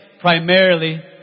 primarily